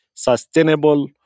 sustainable